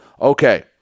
Okay